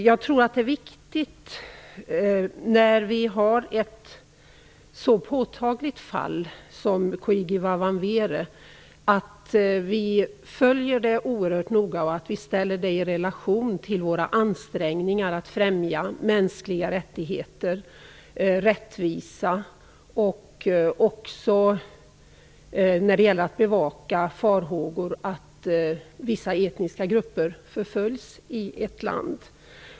Jag tror att det är oerhört viktigt att vi följer ett så påtagligt fall som Koigi Wa Wamweres noga och att vi ställer det i relation till våra ansträngningar att främja mänskliga rättigheter, rättvisa och våra farhågor för att vissa etniska grupper förföljs i ett land.